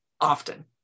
often